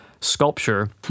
sculpture